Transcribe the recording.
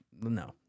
no